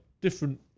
different